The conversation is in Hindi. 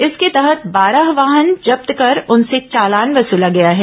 इसके तहत बारह वाहन जब्त कर उनसे चालान वसूला गया है